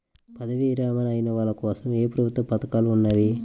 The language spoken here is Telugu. పదవీ విరమణ అయిన వాళ్లకోసం ఏ ప్రభుత్వ పథకాలు ఉన్నాయి?